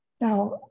Now